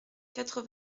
quatre